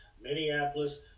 Minneapolis